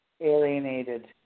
alienated